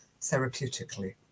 therapeutically